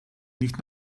nicht